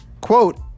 quote